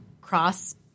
cross